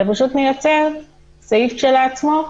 אלא פשוט נייצר סעיף כשלעצמו,